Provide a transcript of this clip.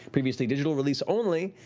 previously digital release only,